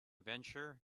venture